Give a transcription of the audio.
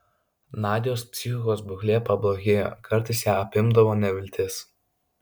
nadios psichikos būklė pablogėjo kartais ją apimdavo neviltis